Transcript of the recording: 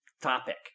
topic